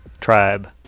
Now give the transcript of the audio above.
Tribe